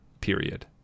period